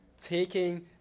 taking